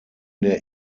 der